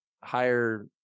higher